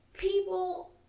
People